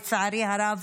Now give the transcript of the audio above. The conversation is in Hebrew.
לצערי הרב.